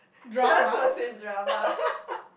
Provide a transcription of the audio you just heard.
cheers was in drama